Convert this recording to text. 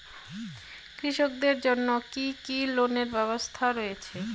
কৃষকদের জন্য কি কি লোনের ব্যবস্থা রয়েছে?